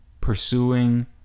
pursuing